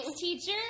teacher